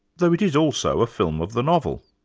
though it is also a film of the novel.